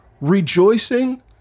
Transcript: Rejoicing